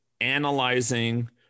analyzing